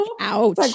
ouch